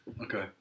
okay